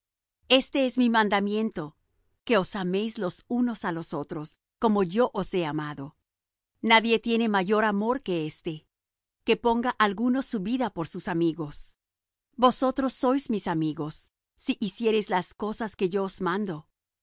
este es mi mandamiento que os améis los unos á los otros como yo os he amado nadie tiene mayor amor que este que ponga alguno su vida por sus amigos vosotros sois mis amigos si hiciereis las cosas que yo os mando